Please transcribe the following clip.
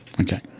Okay